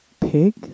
pig